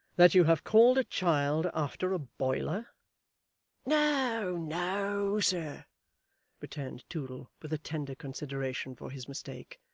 that you have called a child after a boiler no, no, sir returned toodle, with a tender consideration for his mistake.